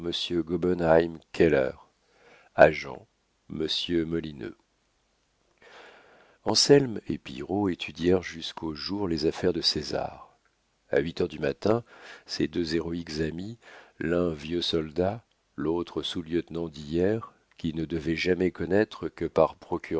agent monsieur molineux anselme et pillerault étudièrent jusqu'au jour les affaires de césar a huit heures du matin ces deux héroïques amis l'un vieux soldat l'autre sous-lieutenant d'hier qui ne devaient jamais connaître que par